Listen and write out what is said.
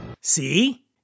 See